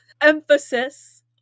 Emphasis